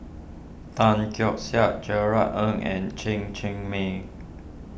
Tan Keong Saik Gerard Ng and Chen Cheng Mei